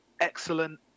excellent